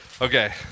Okay